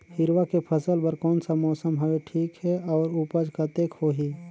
हिरवा के फसल बर कोन सा मौसम हवे ठीक हे अउर ऊपज कतेक होही?